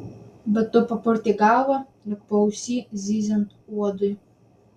bet tu papurtei galvą lyg paausy zyziant uodui